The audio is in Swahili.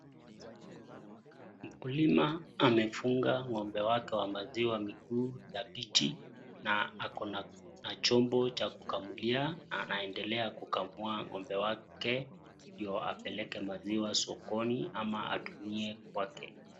Mkulima amefunga ng'ombe wake wa maziwa miguu dhabiti na akona chombo cha kukamulia na anaedelea kukamua ng'ombe wake ndio apeleke maziwa sokoni ama atumie kwake.